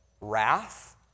wrath